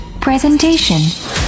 presentation